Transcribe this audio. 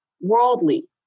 worldly